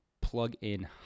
plug-in